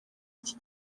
iki